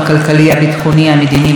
המדיני והחברתי.